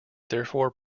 therefore